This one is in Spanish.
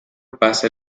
pasa